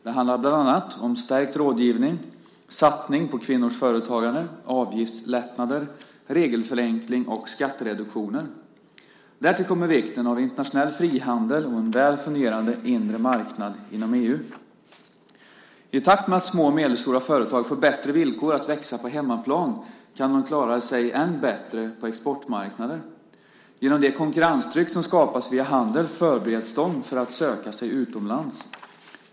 Det handlar bland annat om stärkt rådgivning, satsning på kvinnors företagande, avgiftslättnader, regelförenkling och skattereduktioner. Därtill kommer vikten av internationell frihandel och en väl fungerande inre marknad inom EU. I takt med att små och medelstora företag får bättre villkor för att växa på hemmaplan kan de klara sig ännu bättre på exportmarknader. Genom det konkurrenstryck som skapas via handel förbereds de för att söka sig utomlands.